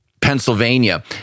Pennsylvania